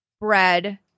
bread